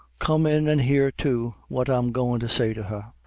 come in an' hear, too, what i'm goin' to say to her.